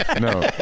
No